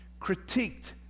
critiqued